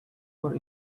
for